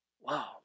Wow